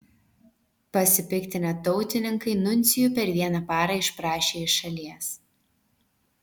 pasipiktinę tautininkai nuncijų per vieną parą išprašė iš šalies